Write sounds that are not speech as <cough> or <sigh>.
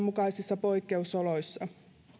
<unintelligible> mukaisissa poikkeusoloissa